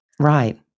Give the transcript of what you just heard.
Right